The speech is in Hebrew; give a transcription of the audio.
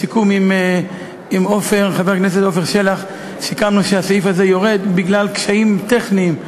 סיכמנו עם חבר הכנסת עפר שלח שהסעיף הזה ירד בגלל קשיים טכניים,